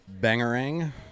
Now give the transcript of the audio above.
bangerang